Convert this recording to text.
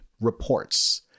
Reports